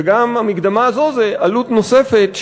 וגם המקדמה הזו זו עלות נוספת,